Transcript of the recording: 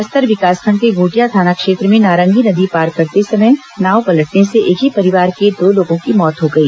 बस्तर विकासखंड के घोटिया थाना क्षेत्र में नारंगी नदी पार करते समय नाव पलटने से एक ही परिवार के दो लोगों की मौत हो गई